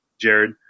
Jared